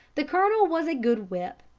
the colonel was a good whip,